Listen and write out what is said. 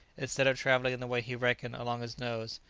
instead of travelling in the way he reckoned along his nose,